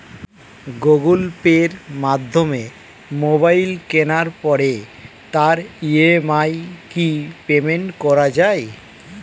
Google পের মাধ্যমে mobile কেনার পরে তার ই.এম.আই কি পেমেন্ট করা যায়?